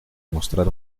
mostrar